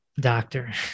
doctor